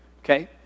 Okay